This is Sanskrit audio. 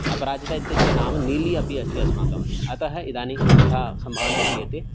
अपराजिता इत्यस्य नाम नीलि अपि अस्ति अस्माकं अत्र अतः इदानीं तथा सम्भावना क्रियते